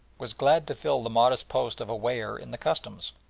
was glad to fill the modest post of a weigher in the customs.